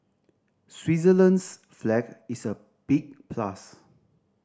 Switzerland's flag is a big plus